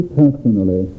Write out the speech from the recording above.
personally